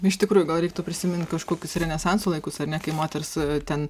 iš tikrųjų gal reiktų prisimint kažkokius renesanso laikus ar ne kai moters ten